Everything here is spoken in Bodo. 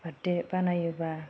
बार्डे बानायोबा